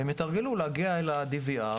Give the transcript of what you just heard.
הם יתרגלו להגיע ל-DVR,